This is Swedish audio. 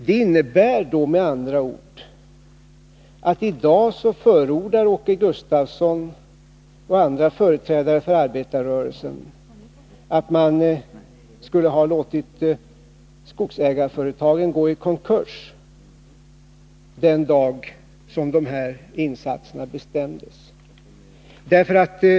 Det innebär med andra ord att i dag anser Åke Gustavsson och andra företrädare för arbetarrörelsen att man skulle ha låtit skogsägarföretagen gå i konkurs den dag som de här insatserna bestämdes.